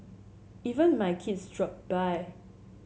even my kids dropped by